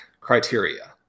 criteria